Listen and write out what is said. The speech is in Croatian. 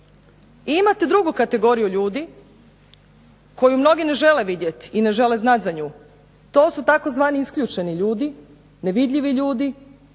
I imate drugu kategoriju ljudi, koju mnogi ne žele vidjeti, i ne žele znati za nju. To su tzv. isključeni ljudi, nevidljivi ljudi,